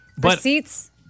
Receipts